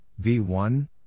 V1